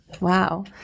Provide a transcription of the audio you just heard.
Wow